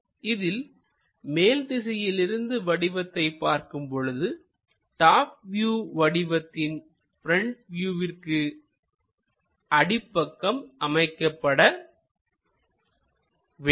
இதில் மேல் திசையிலிருந்து வடிவத்தை பார்க்கும் பொழுதுடாப் வியூ வடிவத்தின் ப்ரெண்ட் வியூவிற்கு அடிப்பக்கம் அமைக்கப்பட வேண்டும்